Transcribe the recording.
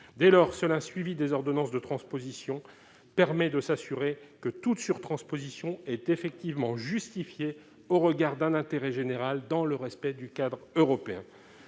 dès lors seul un suivi des ordonnances de transposition permet de s'assurer que toute surtransposition est effectivement justifiée au regard d'un intérêt général, dans le respect du cadre européen,